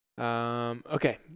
Okay